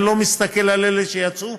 אני לא מסתכל על אלה שיצאו,